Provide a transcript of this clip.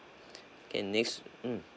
okay next mm